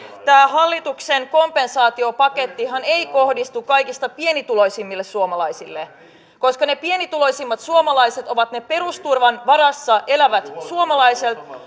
tämä hallituksen kompensaatiopakettihan ei kohdistu kaikista pienituloisimmille suomalaisille koska pienituloisimmat suomalaiset ovat ne perusturvan varassa elävät suomalaiset